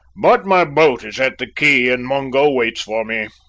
but my boat is at the quay, and mungo waits for me.